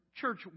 church